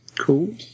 cool